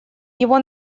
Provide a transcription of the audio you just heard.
его